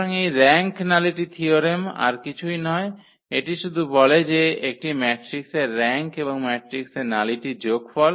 সুতরাং এই র্যাঙ্ক নালিটি থিয়োরেমটি আর কিছুই নয় এটি শুধু বলে যে একটি ম্যাট্রিক্সের র্যাঙ্ক এবং ম্যাট্রিক্সের নালিটির যোগফল